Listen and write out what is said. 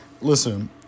Listen